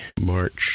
march